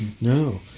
No